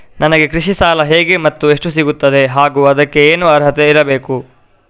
ನನಗೆ ಕೃಷಿ ಸಾಲ ಹೇಗೆ ಮತ್ತು ಎಷ್ಟು ಸಿಗುತ್ತದೆ ಹಾಗೂ ಅದಕ್ಕೆ ಏನು ಅರ್ಹತೆ ಇರಬೇಕು?